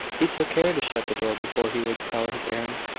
he took care to shut the door before he would tell his errand.